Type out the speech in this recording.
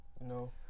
No